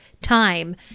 time